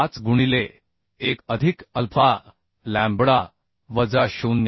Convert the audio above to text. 5 गुणिले 1 अधिक alpha lambda वजा 0